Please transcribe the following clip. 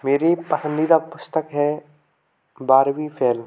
मेरी पसंदीदा पुस्तक है बारहवी फ़ेल